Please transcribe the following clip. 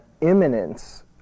imminence